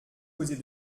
causer